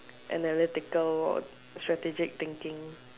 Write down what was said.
analytical or strategic thinking